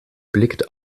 blickt